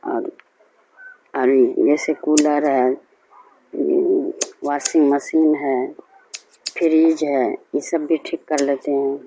اور اور جیسے کولر ہے واشنگ مشین ہے فریج ہے یہ سب بھی ٹھیک کر لیتے ہیں